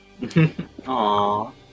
Aww